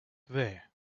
there